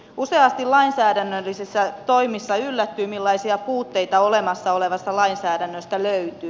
useasti lainsäädännöllisissä toimissa yllättyy millaisia puutteita olemassa olevasta lainsäädännöstä löytyy